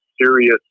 serious